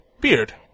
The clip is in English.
Beard